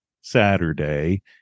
Saturday